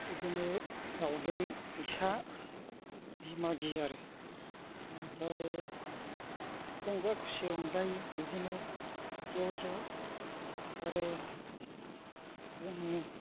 बिदिनो दाउदै फैसा बिदि मागियो आरो बिनिफ्राय रंजा खुसि रंजायो बिदिनो ज'ज' आरो जोंनि